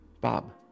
Bob